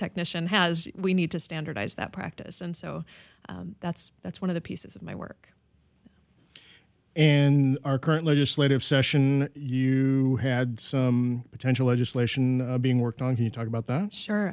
technician has we need to standardize that practice and so that's that's one of the pieces of my work in our current legislative session you had some potential legislation being worked on to talk about that sure